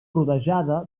rodejada